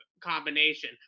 combination